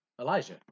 Elijah